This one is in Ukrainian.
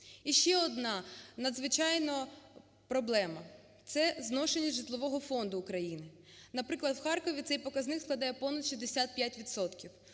І ще одна надзвичайна проблема, це зношення житлового фонду України. Наприклад, в Харкові цей показник складає понад 65